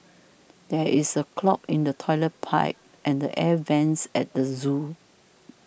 there is a clog in the Toilet Pipe and Air Vents at the zoo